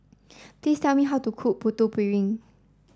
please tell me how to cook Putu Piring